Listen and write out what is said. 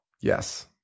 Yes